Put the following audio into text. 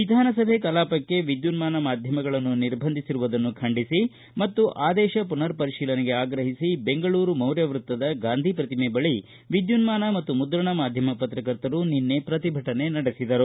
ವಿಧಾನಸಭೆ ಕಲಾಪಕ್ಕೆ ವಿದ್ಯುನ್ಮನ ಮಾಧ್ಯಮಗಳನ್ನು ನಿರ್ಬಂಧಿಸಿರುವುದನ್ನು ಖಂಡಿಸಿ ಮತ್ತು ಆದೇಶ ಪುನರ್ ಪರಿಶೀಲನೆಗೆ ಆಗ್ರಹಿಸಿ ಬೆಂಗಳೂರು ಮೌರ್ಯ ವೃತ್ತದ ಗಾಂಧಿ ಪ್ರತಿಮೆ ಬಳಿ ವಿದ್ಯನ್ಮಾನ ಮತ್ತು ಮುದ್ರಣ ಮಾಧ್ಯಮ ಪತ್ರಕರ್ತರು ನಿನ್ನೆ ಪ್ರತಿಭಟನೆ ನಡೆಸಿದರು